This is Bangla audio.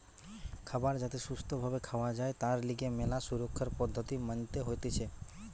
খাবার যাতে সুস্থ ভাবে খাওয়া যায় তার লিগে ম্যালা সুরক্ষার পদ্ধতি মানতে হতিছে